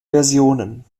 versionen